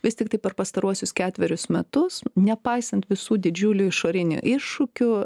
vis tiktai per pastaruosius ketverius metus nepaisant visų didžiulių išorini iššūkių